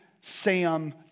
Sam